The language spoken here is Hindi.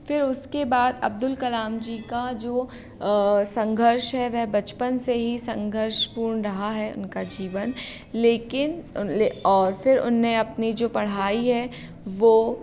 फ़िर उसके बाद अब्दुल कलाम जी का जो संघर्ष है वह बचपन से ही संघर्षपूर्ण रहा है उनका जीवन लेकिन और फ़िर उन्होंने अपनी जो पढ़ाई है वह